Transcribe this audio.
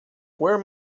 where